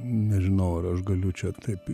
nežinau ar aš galiu čia taip